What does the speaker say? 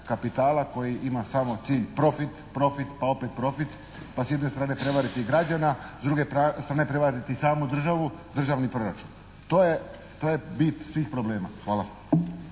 kapitala koji ima samo cilj profit, profit, pa opet profit. Pa s jedne strane prevariti građana, s druge strane prevariti samu državu, državni proračun. To je bit svih problema. Hvala.